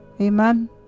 Amen